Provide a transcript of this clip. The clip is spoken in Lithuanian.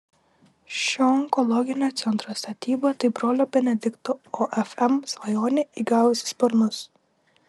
šio onkologinio centro statyba tai brolio benedikto ofm svajonė įgavusi sparnus